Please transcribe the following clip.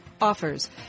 offers